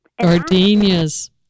Gardenias